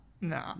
nah